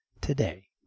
today